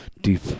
deep